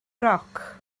roc